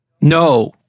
No